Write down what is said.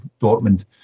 Dortmund